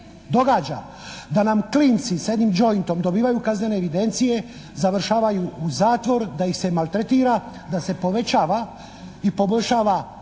događa da nam klinci s jednim jointom dobivaju kaznene evidencije, završavaju u zatvoru da ih se maltretira, da se povećava i poboljšava